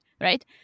right